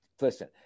Listen